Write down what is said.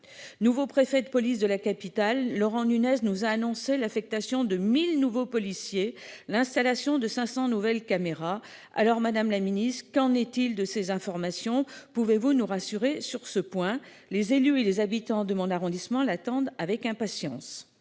Nouveau préfet de police de la capitale. Laurent Nunez nous a annoncé l'affectation de 1000 nouveaux policiers. L'installation de 500 nouvelles caméras alors Madame la Ministre qu'en est-il de ces informations, pouvez-vous nous rassurer sur ce point, les élus et les habitants demandent arrondissement l'attendent avec impatience.